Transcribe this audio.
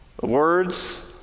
Words